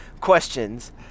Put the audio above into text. questions